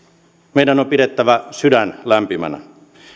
meidän on pidettävä sydän lämpimänä